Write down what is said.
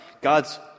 God's